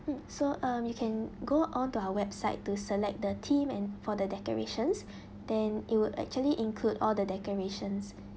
mm so um you can go on to our website to select the theme and for the decorations then it would actually include all the decorations